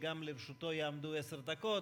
שגם לרשותו יעמדו עשר דקות,